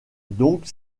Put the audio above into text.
donc